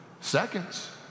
seconds